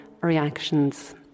reactions